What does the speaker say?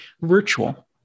virtual